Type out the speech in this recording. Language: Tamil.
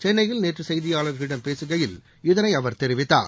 சென்னையில் நேற்று செய்தியாளர்களிடம் பேசுகையில் இதனை அவர் தெரிவித்தார்